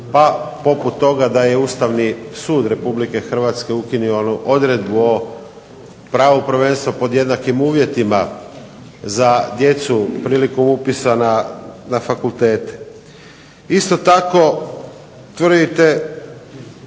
pa poput toga da je ustavni sud Republike Hrvatske ukinuo onu odredbu o pravu prvenstva pod jednakim uvjetima za djecu prilikom upisa na fakultete. Isto tako tvrdite